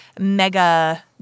mega